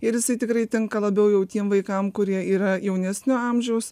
ir jisai tikrai tinka labiau jau tiem vaikam kurie yra jaunesnio amžiaus